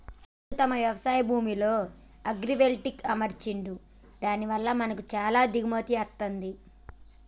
రాజు మన యవశాయ భూమిలో అగ్రైవల్టెక్ అమర్చండి దాని వల్ల మనకి చానా దిగుబడి అత్తంది